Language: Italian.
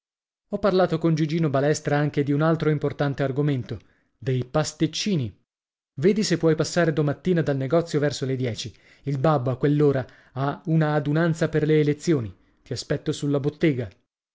ho parlato con gigino balestra anche di un altro importante argomento dei pasticcini vedi se puoi passare domattina dal negozio verso le dieci il babbo a quell'ora ha una adunanza per le elezioni ti aspetto sulla bottega